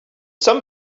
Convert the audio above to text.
some